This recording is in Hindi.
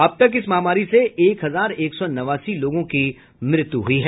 अब तक इस महामारी से एक हजार एक सौ नवासी लोगों की मृत्यु हुई है